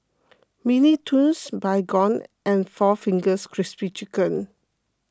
Mini Toons Baygon and four Fingers Crispy Chicken